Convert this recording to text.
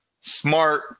smart